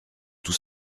tout